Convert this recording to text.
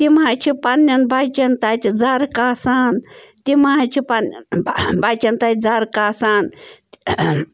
تِم حظ چھِ پَنٛنٮ۪ن بَچَن تَتہِ زَرٕ کاسان تِم حظ چھِ پَنٛنٮ۪ن بَچَن تَتہِ زَرٕ کاسان